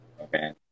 Okay